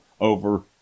over